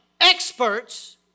experts